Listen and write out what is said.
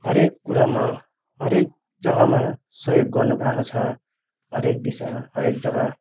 हरएक कुरामा हरएक जगामा सहयोग गर्नु भएको छ हरएक दिशा हरएक जगा